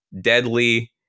deadly